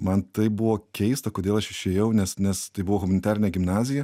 man taip buvo keista kodėl aš išėjau nes nes tai buvo humanitarinė gimnazija